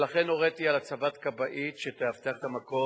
לכן הוריתי על הצבת כבאית שתאבטח את המקום